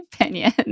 opinion